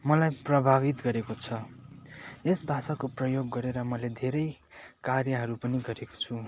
मलाई प्रभावित गरेको छ यस भाषाको प्रयोग गरेर मैले धेरै कार्यहरू पनि गरेको छु